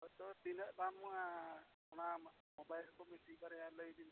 ᱦᱳᱭ ᱛᱚ ᱛᱤᱱᱟᱹᱜ ᱫᱟᱢᱚᱜᱼᱟ ᱚᱱᱟ ᱢᱳᱵᱟᱭᱤᱞ ᱠᱚ ᱢᱤᱫᱴᱤᱡ ᱵᱟᱨᱭᱟ ᱞᱟᱹᱭ ᱵᱤᱱ ᱥᱮ